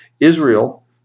Israel